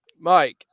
Mike